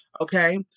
Okay